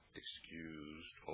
excused